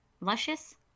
Luscious